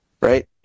right